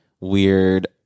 weird